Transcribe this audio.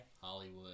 Hollywood